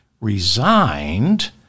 resigned